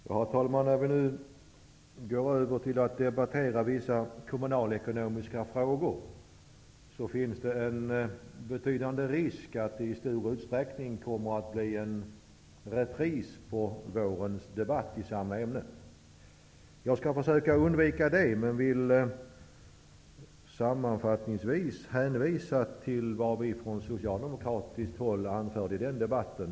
Herr talman! När vi nu går över till att debattera vissa kommunalekonomiska frågor finns det en betydande risk för att det i stor utsträckning kommer att bli en repris på vårens debatt i samma ämne. Jag skall försöka undvika det, men jag vill sammanfattningsvis hänvisa till vad vi från socialdemokratiskt håll anförde i den debatten.